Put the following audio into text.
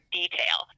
detail